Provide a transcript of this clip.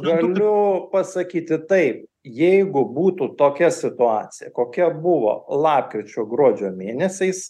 galiu pasakyti taip jeigu būtų tokia situacija kokia buvo lapkričio gruodžio mėnesiais